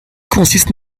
consiste